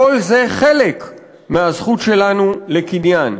כל זה חלק מהזכות שלנו לקניין.